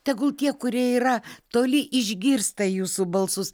tegul tie kurie yra toli išgirsta jūsų balsus